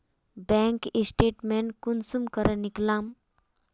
Bank statement कुंसम करे निकलाम?